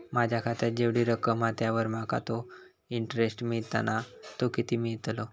माझ्या खात्यात जेवढी रक्कम हा त्यावर माका तो इंटरेस्ट मिळता ना तो किती मिळतलो?